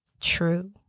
true